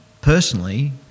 personally